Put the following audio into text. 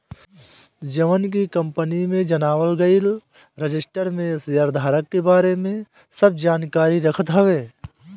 जवन की कंपनी में बनावल गईल रजिस्टर में शेयरधारक के बारे में सब जानकारी रखत हवे